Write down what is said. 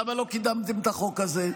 למה לא קידמתם את החוק הזה?